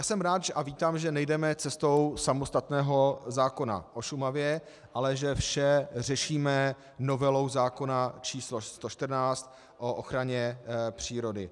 Jsem rád a vítám, že nejdeme cestou samostatného zákona o Šumavě, ale že vše řešíme novelou zákona č. 114 o ochraně přírody.